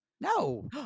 No